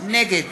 נגד